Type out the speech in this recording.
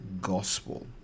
gospel